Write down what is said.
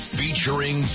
featuring